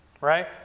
right